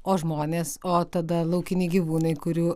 o žmonės o tada laukiniai gyvūnai kurių